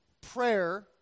prayer